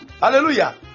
Hallelujah